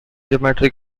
geometry